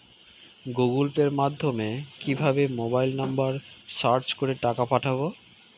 Google Pay মাধ্যমে কিভাবে mobile number search করে টাকা পাঠাবো?